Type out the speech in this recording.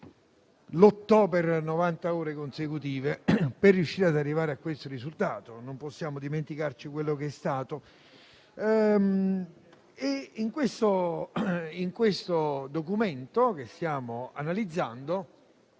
lottò per 90 ore consecutive per riuscire ad arrivare a questo risultato. Non possiamo dimenticarci quello che è stato. Anche con questo provvedimento, che stiamo analizzando,